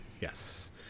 yes